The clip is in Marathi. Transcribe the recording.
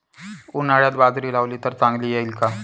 उन्हाळ्यात बाजरी लावली तर चांगली येईल का?